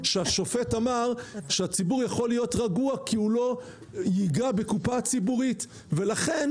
שהשופט אמר שהציבור יכול להיות רגוע כי הוא לא ייגע בקופה ציבורית ולכן,